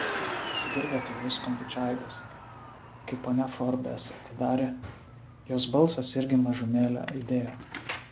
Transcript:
pasigirdo tylus skambučio aidas kai ponia forbes atidarė jos balsas irgi mažumėlę aidėjo